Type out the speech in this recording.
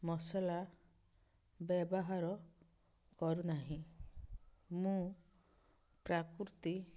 ମସଲା ବ୍ୟବହାର କରୁ ନାହିଁ ମୁଁ ପ୍ରାକୃତିକ